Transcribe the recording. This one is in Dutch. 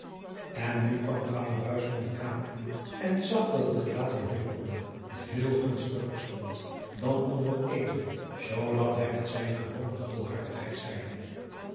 n nu kwam vader de kamer in en zag dat het gelaat van veel gunstiger stond dan onder het eten zoodat hij met zijne gewone gulhartigheid zeide